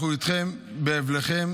אנחנו איתכם באבלכם.